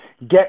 Get